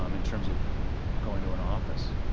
um in terms of going to an office,